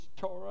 Torah